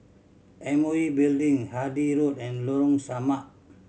M O E Building Handy Road and Lorong Samak